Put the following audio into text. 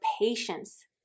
patience